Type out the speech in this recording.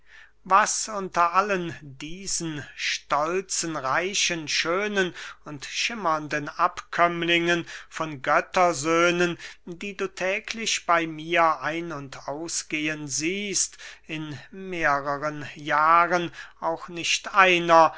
was unter allen diesen stolzen reichen schönen und schimmernden abkömmlingen von göttersöhnen die du täglich bey mir ein und ausgehen siehst in mehreren jahren auch nicht einer